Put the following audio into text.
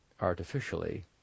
artificially